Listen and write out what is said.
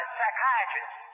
psychiatrist